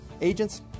Agents